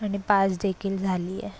आणि पास देखील झाली आहे